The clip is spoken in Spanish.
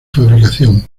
fabricación